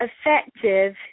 effective